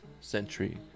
century